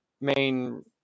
main